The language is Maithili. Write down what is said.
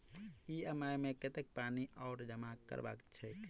ई.एम.आई मे कतेक पानि आओर जमा करबाक छैक?